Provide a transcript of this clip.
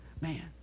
Man